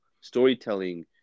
storytelling